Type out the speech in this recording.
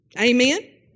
Amen